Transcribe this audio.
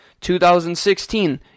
2016